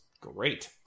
great